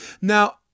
Now